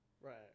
Right